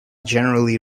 generally